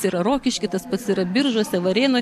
tai yra rokišky tas pats yra biržuose varėnoj